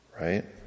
Right